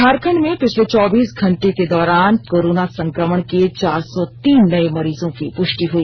झारखंड में पिछले चौबीस घंटों के दौरान कोरोना संकमण के चार सौ तीन नये मरीजों की पुष्टि हुई